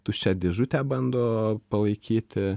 tuščią dėžutę bando palaikyti